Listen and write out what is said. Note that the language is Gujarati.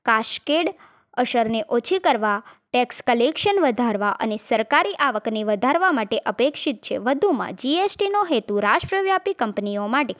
કાશકેડ અસરને ઓછી કરવા ટેક્સ કલેક્શન વધારવા અને સરકારી આવકને વધારવા માટે અપેક્ષિત છે વધુમાં જીએસટીનો હેતુ રાષ્ટ્ર વ્યાપી કંપનીઓ માટે